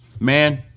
Man